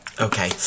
okay